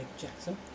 Jackson